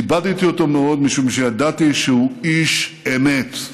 כיבדתי אותו מאוד משום שידעתי שהוא איש אמת.